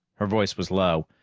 her voice was low.